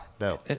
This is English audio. No